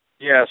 Yes